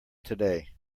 today